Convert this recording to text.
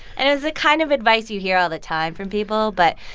and it was the kind of advice you hear all the time from people. but,